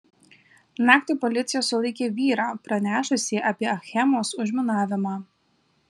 naktį policija sulaikė vyrą pranešusį apie achemos užminavimą